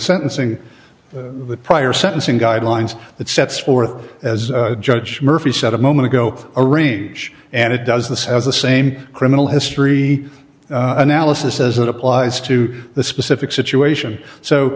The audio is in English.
sentencing prior sentencing guidelines that sets forth as judge murphy said a moment ago a reach and it does this has the same criminal history analysis as it applies to the specific situation so